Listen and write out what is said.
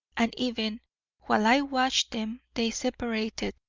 and even while i watched them they separated.